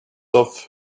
off